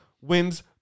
wins